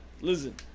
listen